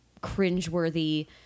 cringeworthy